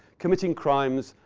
committing crimes,